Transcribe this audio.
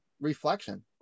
reflection